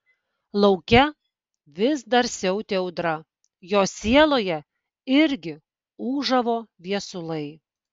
lauke vis dar siautė audra jo sieloje irgi ūžavo viesulai